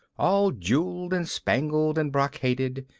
all jeweled and spangled and brocaded,